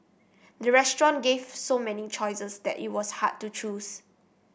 the restaurant gave so many choices that it was hard to choose